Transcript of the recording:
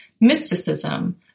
mysticism